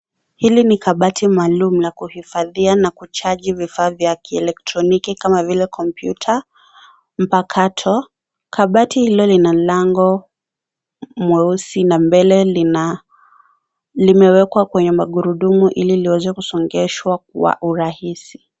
Hili ni kabati maalum la kuhifadhia na kuchaji vifaa vya kielektroniki kama vile kompyuta, mpakato. Kabati hilo lina lango mweusi na mbele limewekwa kwenye magurudumu Ili liweze kusongeshwa kwa urahisi.